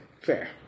Fair